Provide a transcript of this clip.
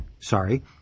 sorry